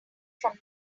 from